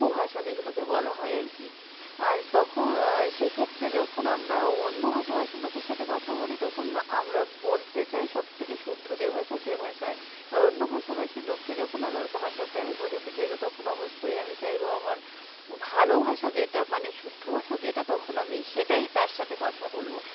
উপভাষা যেগুলোকে বলা হয় আর কী আর তখন সেক্ষেত্রে তখন আমরা অন্য ভাষাভাষীর লোকের সাথে কথা বলি তখন আমরা বলতে চাই সবথেকে শুদ্ধ যে ভাষা সে ভাষায় এবার অন্য ভাষাভাষী লোককে যখন আমার ভাষাটা আমি বোঝাতে চাই বা তখন অবশ্যই আমি চাইব আমার ভালো ভাষা যেটা মানে শুদ্ধ ভাষা যেটা তখন আমি সেটায় তার সাথে কথা বলব